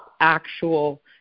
actual